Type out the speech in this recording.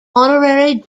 honorary